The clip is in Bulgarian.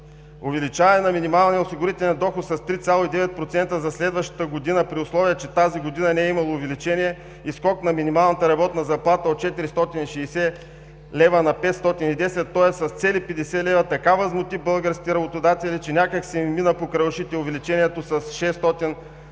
Увеличаване на минималния осигурителен доход с 3,9% за следващата година, при условие че тази година не е имало увеличение и скок на минималната работна заплата от 460 лв. на 510, тоест с цели 50 лв., така възмути българските работодатели, че някак си им мина покрай ушите увеличението с 600